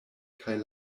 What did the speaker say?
kaj